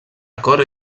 acord